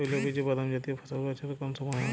তৈলবীজ ও বাদামজাতীয় ফসল বছরের কোন সময় হয়?